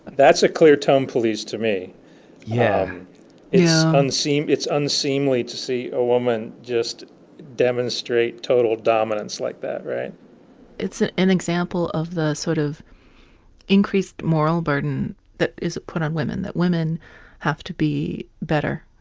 that's a clear term police to me yeah it's unseen. it's unseemly to see a woman just demonstrate total dominance like that right it's an an example of the sort of increased moral burden that is put on women that women have to be better